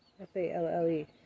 F-A-L-L-E